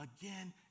again